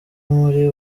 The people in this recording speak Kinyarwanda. muri